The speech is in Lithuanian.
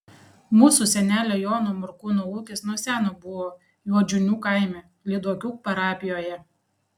mūsų senelio jono morkūno ūkis nuo seno buvo juodžiūnų kaime lyduokių parapijoje